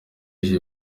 iki